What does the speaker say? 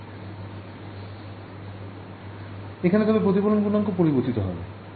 এখানে তবে প্রতিফলন গুনাঙ্ক পরিবর্তিত হবে